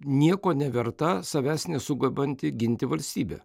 nieko neverta savęs nesugebanti ginti valstybė